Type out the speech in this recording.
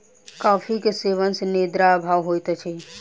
coffee के सेवन सॅ निद्रा अभाव होइत अछि